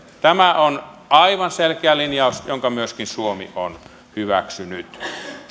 tämä on aivan selkeä linjaus jonka myöskin suomi on hyväksynyt